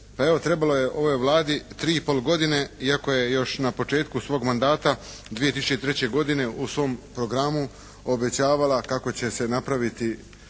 trebalo je ovoj Vladi 3 i pol godine iako je još na početku svog mandata 2003. godine u svom programu obećavala kako će se napraviti